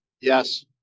Yes